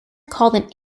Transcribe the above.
called